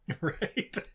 Right